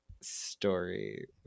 story